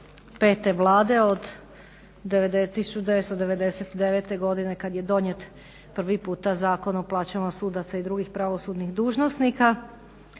5.vlade od 1999.kada je donije prvi puta Zakon o plaćama sudaca i drugih pravosudnih dužnosnika.